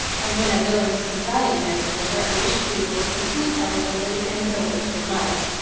and when i go into society next winter i wish to be able to listen intelligently, and know what to admire.